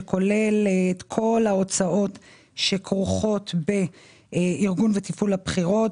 שכולל את כל ההוצאות שכרוכות בארגון וטיפול הבחירות,